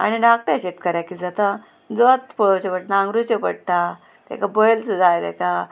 आनी धाकट्या शेतकाराक कितें जाता जोत पळोवचें पडटा नागरुचें पडटा तेका बैल जाय तेका